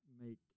make